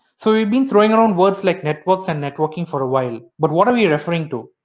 so we've been throwing around words like networks and networking for a while but what are we referring to?